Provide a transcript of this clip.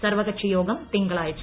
സർവകക്ഷിയോഗം തിങ്ക്ളാഴ്ച